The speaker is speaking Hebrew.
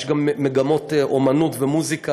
יש גם מגמות אמנות ומוזיקה